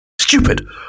Stupid